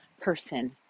person